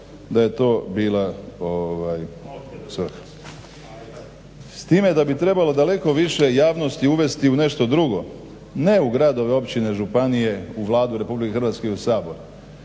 da je to bila svrha. S time da bi trebalo daleko više javnosti uvesti u nešto drugo, ne u gradove, općine, županije, u Vladu RH i u Sabor